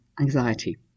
anxiety